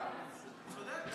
צודק.